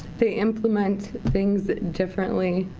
they implement things that differently,